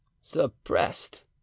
Suppressed